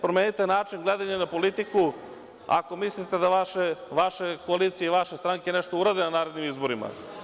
Promenite način gledanja na politiku, ako mislite da vaše koalicije i vaše stranke nešto urade na narednim izborima.